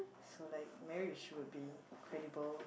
so like married should be credible